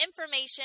information